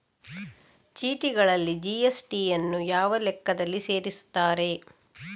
ಚೀಟಿಗಳಲ್ಲಿ ಜಿ.ಎಸ್.ಟಿ ಯನ್ನು ಯಾವ ಲೆಕ್ಕದಲ್ಲಿ ಸೇರಿಸುತ್ತಾರೆ?